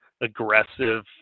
aggressive